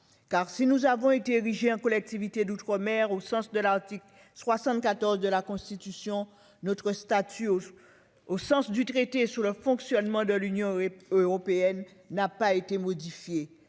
Saint-Martin a été érigée en collectivité d'outre-mer au sens de l'article 74 de la Constitution, notre statut, au sens du traité sur le fonctionnement de l'Union européenne, n'a pas été modifié.